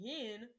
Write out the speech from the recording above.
again